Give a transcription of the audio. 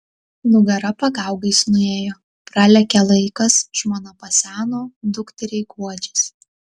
nugara pagaugais nuėjo pralėkė laikas žmona paseno dukteriai guodžiasi